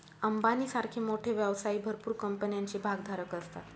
अंबानी सारखे मोठे व्यवसायी भरपूर कंपन्यांचे भागधारक असतात